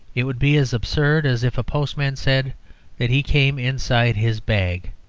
it would be as absurd as if a postman said that he came inside his bag.